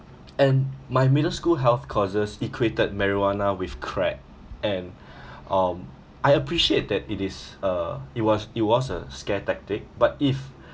and my middle school health causes equated marijuana with crack and um I appreciate that it is uh it was it was a scare tactic but if